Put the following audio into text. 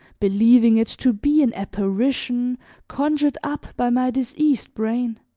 believing it to be an apparition conjured up by my diseased brain.